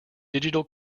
digital